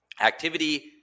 activity